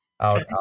out